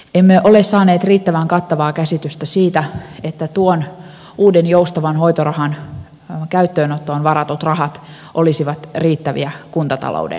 emme ole saaneet riittävän kattavaa käsitystä siitä että tuon uuden joustavan hoitorahan käyttöönottoon varatut rahat olisivat riittäviä kuntatalouden näkökulmasta